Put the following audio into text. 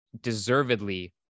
deservedly